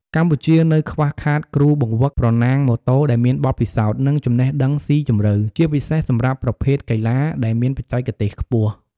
កម្ពុជានៅខ្វះខាតគ្រូបង្វឹកប្រណាំងម៉ូតូដែលមានបទពិសោធន៍ និងចំណេះដឹងស៊ីជម្រៅ ជាពិសេសសម្រាប់ប្រភេទកីឡាដែលមានបច្ចេកទេសខ្ពស់។